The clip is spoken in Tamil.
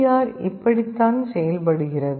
ஆர் இப்படித்தான் செயல்படுகிறது